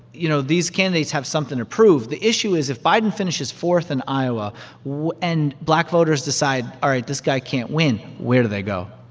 you know, these candidates have something to prove. the issue is if biden finishes fourth in iowa and black voters decide, all right, this guy can't win, where do they go?